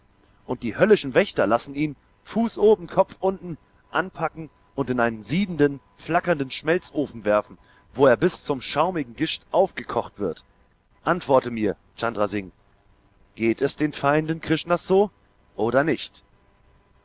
und die höllischen wächter lassen ihn fuß oben kopf unten anpacken und in einen siedenden flackernden schmelzofen werfen wo er bis zum schaumigen gischt aufgekocht wird antworte mir chandra singh geht es den feinden krishnas so oder nicht